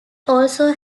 also